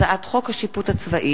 הצעת חוק השיפוט הצבאי